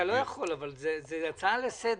אתה לא יכול, זאת הצעה לסדר.